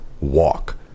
Walk